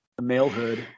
malehood